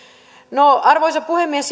no arvoisa puhemies